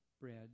bread